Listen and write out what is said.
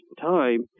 time